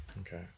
okay